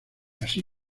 así